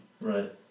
Right